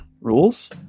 rules